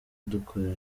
dukorera